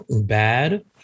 bad